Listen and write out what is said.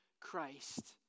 Christ